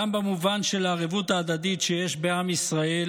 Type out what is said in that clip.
גם במובן של ערבות ההדדית שיש בעם ישראל